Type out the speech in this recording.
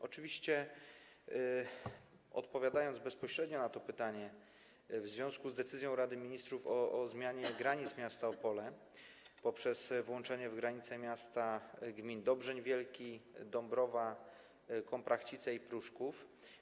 Odpowiadam bezpośrednio na to pytanie w związku z decyzją Rady Ministrów o zmianie granic miasta Opole poprzez włączenie w granice miasta gmin Dobrzeń Wielki, Dąbrowa, Komprachcice i Pruszków.